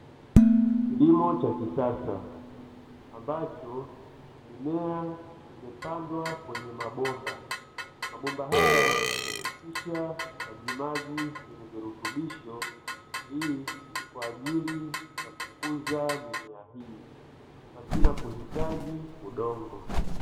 Kilimo cha kisasa, ambacho mimea imepandwa kwenye mabomba. Mabomba haya hupitisha majimaji yenye virutubisho. Hii ni kwa ajili ya kukuza mimea hii pasi na kuhitaji udongo.